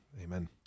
amen